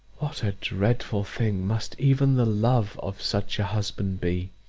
what a dreadful thing must even the love of such a husband be!